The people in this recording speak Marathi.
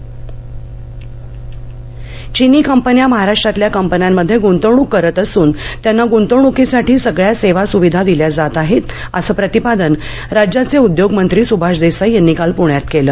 चीन भारत परिषद चीनी कंपन्या महाराष्ट्रातल्या कंपन्यांमध्ये गुंतवणूक करत असून त्यांना गुंतवणूकीसाठी सगळ्या सेवा सुविधा दिल्या जात आहेत असं प्रतिपादन राज्याचे उद्योग मंत्री सुभाष देसाई यानी काल पुण्यात केल